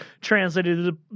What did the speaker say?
translated